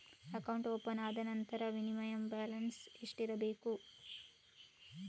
Account open ಆದ ನಂತರ minimum balance ಎಷ್ಟಿರಬೇಕು?